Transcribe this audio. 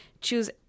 choose